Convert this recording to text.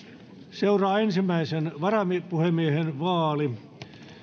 seuraa ensimmäisen varapuhemiehen vaali